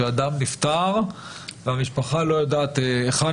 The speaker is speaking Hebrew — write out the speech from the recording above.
כאשר אדם נפטר והמשפחה לא יודעת היכן